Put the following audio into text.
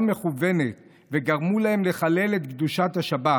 מכוונת וגרמו להם לחלל את קדושת השבת.